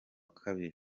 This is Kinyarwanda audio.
kabiri